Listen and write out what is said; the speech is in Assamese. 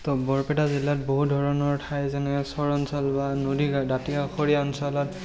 তো বৰপেটা জিলাত বহু ধৰণৰ ঠাই যেনে চৰ অঞ্চল বা নদীৰ দাঁতিকাষৰীয়া অঞ্চলত